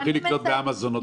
ותצטרכי לקנות באמזון עוד מערכת.